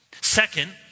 Second